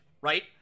right